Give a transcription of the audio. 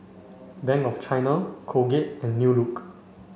Bank of China Colgate and New Look